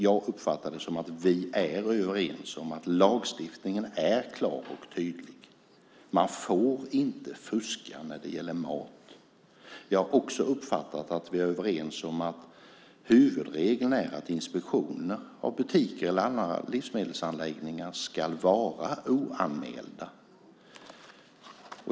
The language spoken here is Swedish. Jag uppfattar det som att vi är överens om att lagstiftningen är klar och tydlig: Man får inte fuska när det gäller mat. Jag har också uppfattat att vi är överens om att huvudregeln är att inspektioner av butiker eller andra livsmedelsanläggningar ska vara oanmälda.